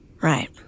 Right